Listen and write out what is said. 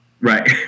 Right